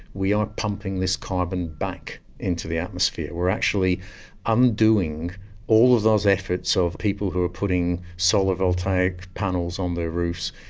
we are pumping this carbon back into the atmosphere, we are actually undoing all of those efforts so of people who are putting solar voltaic panels on their roofs,